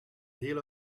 deel